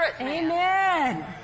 Amen